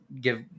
Give